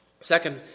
Second